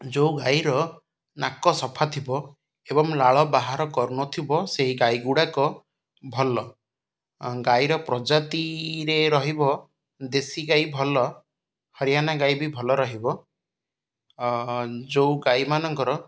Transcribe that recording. ଯେଉଁ ଗାଈର ନାକ ସଫା ଥିବ ଏବଂ ଲାଳ ବାହାର କରୁନଥିବ ସେଇ ଗାଈ ଗୁଡ଼ାକ ଭଲ ଗାଈର ପ୍ରଜାତିରେ ରହିବ ଦେଶୀ ଗାଈ ଭଲ ହରିୟାଣା ଗାଈ ବି ଭଲ ରହିବ ଯେଉଁ ଗାଈମାନଙ୍କର